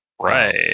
Right